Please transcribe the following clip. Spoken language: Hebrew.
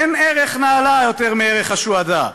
אין ערך נעלה יותר מערך השהאדה.